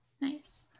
Nice